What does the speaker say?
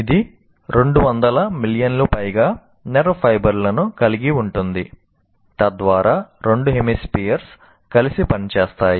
ఇది 200 మిలియన్లకు పైగా నెర్వ్ ఫైబర్లను కలిగి ఉంటుంది తద్వారా రెండు హెమిస్ఫియర్స్ కలిసి పనిచేస్తాయి